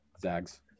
Zags